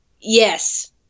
yes